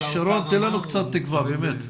שרון, תן לנו קצת תקווה, באמת.